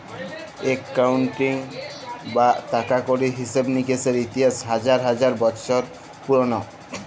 accounting বা টাকা কড়ির হিসেব লিকেসের ইতিহাস হাজার হাজার বসর পুরল